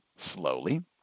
slowly